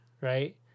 right